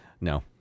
No